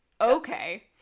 Okay